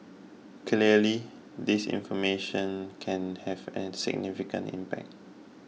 clearly disinformation can have an significant impact